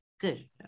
Good